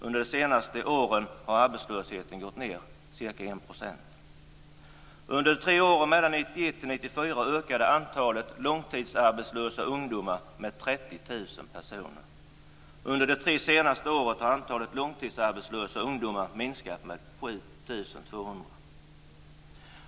Under de senaste åren har arbetslösheten gått ned med ca 1 %. Under de tre åren 1991-1994 ökade antalet långtidsarbetslösa ungdomar med 30 000. Under de tre senaste åren har antalet långtidsarbetslösa ungdomar minskat med 7 200.